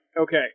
Okay